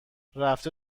رفته